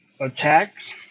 attacks